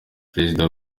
perezida